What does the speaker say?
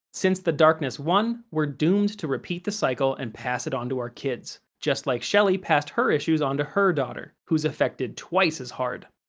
since the darkness won, we're doomed to repeat the cycle and pass it on to our kids, just like shelly passed her issues on to her daughter, who's affected twice as hard.